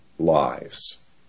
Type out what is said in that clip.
lives